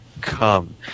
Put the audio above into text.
come